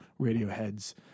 Radiohead's